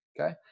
okay